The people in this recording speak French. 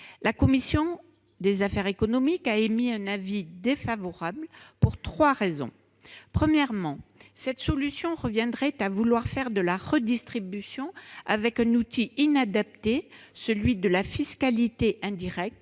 La commission des affaires économiques a émis un avis défavorable sur cet amendement pour trois raisons. Premièrement, cette solution reviendrait à faire de la redistribution avec un outil inadapté, celui de la fiscalité indirecte,